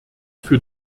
für